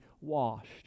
washed